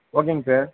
ஓகேங்க சார்